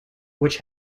which